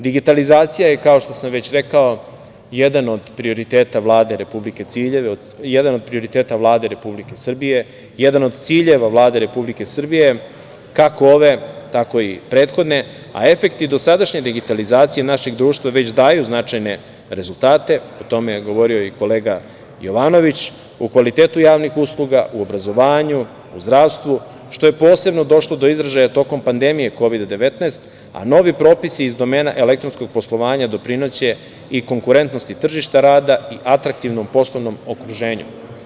Digitalizacija je, kao što sam već rekao, jedan od prioriteta Vlade Republike Srbije i jedan od ciljeva Vlade Republike Srbije, kako ove, tako i prethodne, a efekti dosadašnje digitalizacije naših društva, već daju značajne rezultate, o tome je govorio i kolega Jovanović, o kvalitetu javnih usluga u obrazovanju, u zdravstvu, što je posebno došlo do izražaja tokom pandemije kovida–19, a novi propisi iz domena elektronskog poslovanja doprineće i konkurentnosti tržišta rada i atraktivnom poslovnom okruženju.